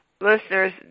listeners